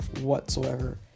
whatsoever